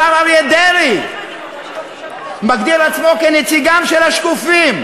השר אריה דרעי מגדיר עצמו כנציגם של השקופים.